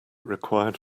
required